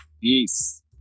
peace